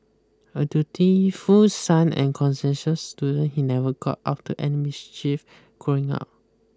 a dutiful son and conscientious student he never got up to any mischief growing up